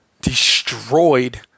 destroyed